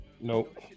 Nope